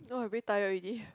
no I'm very tired already